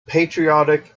patriotic